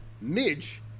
Midge